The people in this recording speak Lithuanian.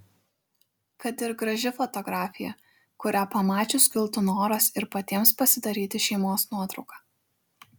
kad ir graži fotografija kurią pamačius kiltų noras ir patiems pasidaryti šeimos nuotrauką